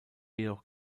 jedoch